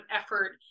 effort